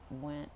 went